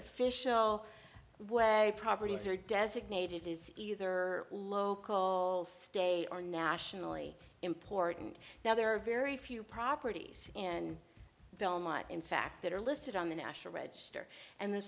official what properties are designated is either local stay are nationally important now there are very few properties in belmont in fact that are listed on the national register and th